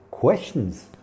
questions